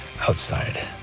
outside